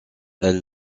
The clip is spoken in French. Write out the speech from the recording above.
elle